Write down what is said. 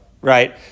right